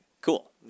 Cool